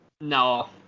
No